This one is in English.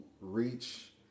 reach